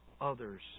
others